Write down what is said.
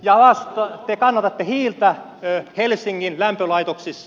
ja te kannatatte hiiltä helsingin lämpölaitoksissa